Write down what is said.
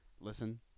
listen